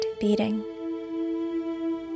beating